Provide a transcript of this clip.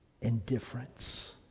indifference